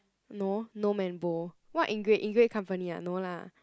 no no man ball what in great in great company ah no lah